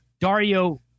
Dario